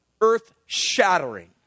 earth-shattering